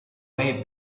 way